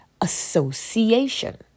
association